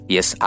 Yes